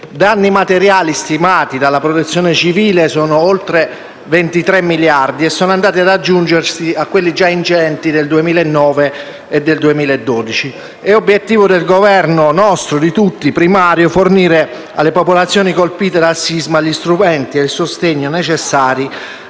danni materiali stimati dalla Protezione civile sono oltre 23 miliardi e sono andati ad aggiungersi a quelli già ingenti del 2009 e del 2012. È obiettivo primario del Governo, nostro, di tutti, fornire alle popolazioni colpite dal sisma gli strumenti e il sostegno necessari